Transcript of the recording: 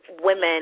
women